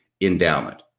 endowment